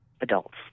adults